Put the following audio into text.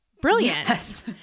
brilliant